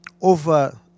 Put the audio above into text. over